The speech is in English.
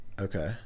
Okay